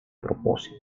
propósito